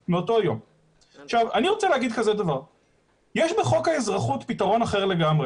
יש בחוק האזרחות פתרון אחר לגמרי.